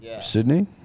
Sydney